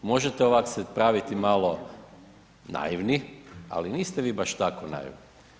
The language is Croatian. Možete ovako se praviti malo naivni ali niste vi baš tako naivni.